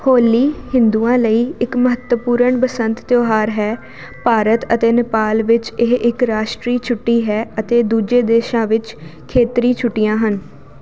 ਹੋਲੀ ਹਿੰਦੂਆਂ ਲਈ ਇੱਕ ਮਹੱਤਵਪੂਰਨ ਬਸੰਤ ਤਿਉਹਾਰ ਹੈ ਭਾਰਤ ਅਤੇ ਨੇਪਾਲ ਵਿੱਚ ਇਹ ਇੱਕ ਰਾਸ਼ਟਰੀ ਛੁੱਟੀ ਹੈ ਅਤੇ ਦੂਜੇ ਦੇਸ਼ਾਂ ਵਿੱਚ ਖੇਤਰੀ ਛੁੱਟੀਆਂ ਹਨ